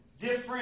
different